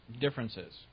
differences